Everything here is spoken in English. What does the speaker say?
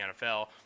NFL